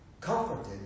comforted